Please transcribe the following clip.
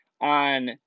on